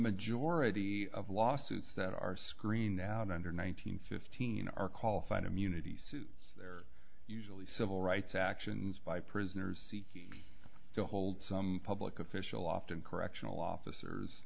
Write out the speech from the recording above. majority of lawsuits that are screened out under one hundred fifteen are qualified immunity so there are usually civil rights actions by prisoners seek to hold some public official often correctional officers